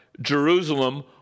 Jerusalem